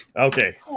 okay